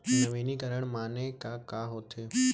नवीनीकरण माने का होथे?